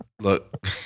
Look